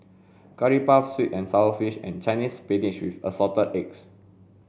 curry puff sweet and sour fish and Chinese spinach with assorted eggs